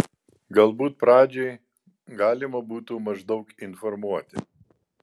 galbūt pradžiai galima būtų maždaug informuoti